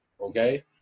Okay